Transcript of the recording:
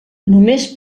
només